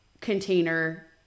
container